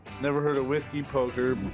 never heard of whiskey poker,